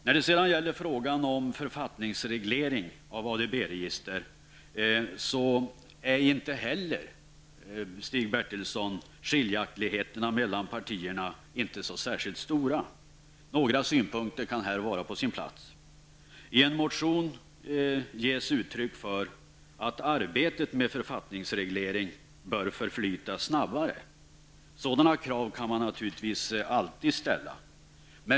När det gäller frågan om författningsreglering beträffande ADB-register är inte heller skiljaktigheterna mellan partierna så stora, Stig Bertilsson, men några synpunkter kan ändå vara på sin plats. I en motion ges uttryck för att arbetet med en författningsreglering bör förflyta snabbare. Sådana krav kan man naturligtvis alltid ställa.